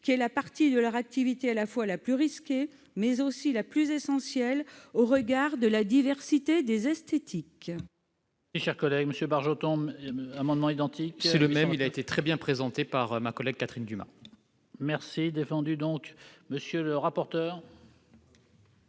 qui est la partie de leur activité à la fois la plus risquée, mais aussi la plus essentielle au regard de la diversité des esthétiques.